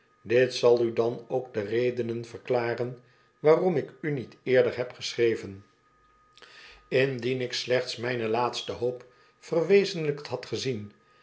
dit zal u dan ook de redenen verklaren waarom ik u niet eerder heb geschreven indien ik slechts mijne laatste hoop verwezenlijkt had gezien